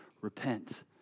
Repent